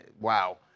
wow